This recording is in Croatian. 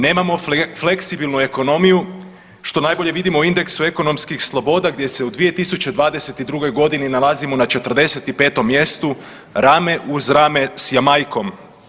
Nema fleksibilnu ekonomiju što najbolje vidimo u indeksu ekonomskih sloboda gdje se u 2022. godini nalazimo na 45 mjestu rame uz rame s Jamajkom.